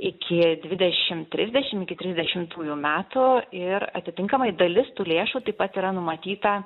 iki dvidešim trisdešim iki trisdešimtųjų metų ir atitinkamai dalis tų lėšų taip pat yra numatyta